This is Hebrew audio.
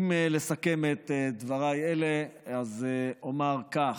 אם לסכם את דבריי אלה, אז אומר כך: